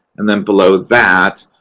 and then below that,